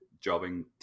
jobbing